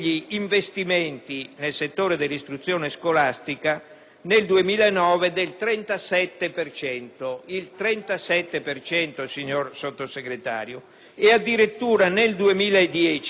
nel 2009 del 37 per cento, signor Sottosegretario, e addirittura nel 2010 rispetto al 2009 dell'82